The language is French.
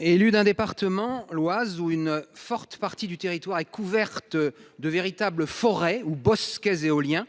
élu d'un département l'Oise ou une forte partie du territoire et couverte de véritables forêts ou Bosquet éolien